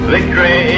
Victory